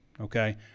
okay